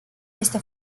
este